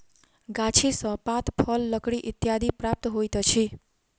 गाछी सॅ पात, फल, लकड़ी इत्यादि प्राप्त होइत अछि